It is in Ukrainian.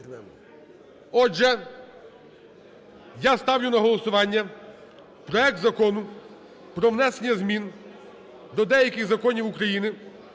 Отже, я ставлю на голосування проект Закону про внесення змін до деяких законів України